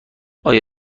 آیا